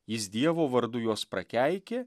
jis dievo vardu juos prakeikė